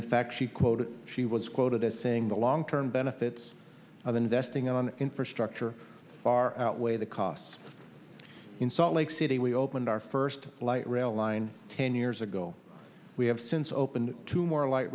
the fact she quoted she was quoted as saying the long term benefits of investing on infrastructure far outweigh the costs in salt lake city we opened our first light rail line ten years ago we have since opened to more light